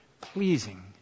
pleasing